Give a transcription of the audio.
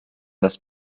das